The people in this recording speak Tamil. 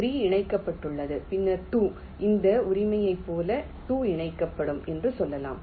3 இணைக்கப்பட்டுள்ளது பின்னர் 2 இந்த உரிமையைப் போல 2 இணைக்கப்படும் என்று சொல்லலாம்